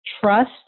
trust